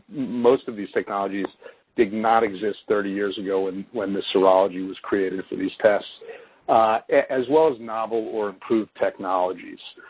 most of these technologies did not exist thirty years ago and when this serology was created for these tests-as well as novel or improved technologies.